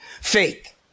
faith